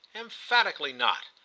emphatically not!